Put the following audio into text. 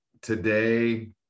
today